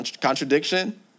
Contradiction